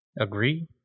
agree